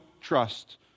trust